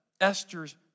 Esther's